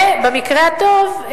ובמקרה הטוב,